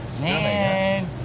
Man